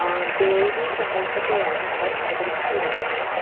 ആ ദേവി സങ്കൽപ്പത്തെയാണ് അവർ അവതരിപ്പിച്ചു കാണിക്കുന്നത്